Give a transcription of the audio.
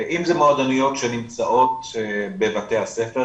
אם זה מועדוניות שנמצאות בבתי הספר,